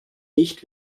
nicht